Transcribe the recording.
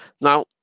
Now